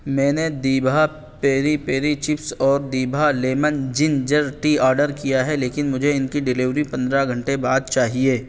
میں نے دیبھا پیری پیری چپس اور دیبھا لیمن جنجر ٹی آرڈر کیا ہے لیکن مجھے ان کی ڈلیوری پندرہ گھنٹے بعد چاہیے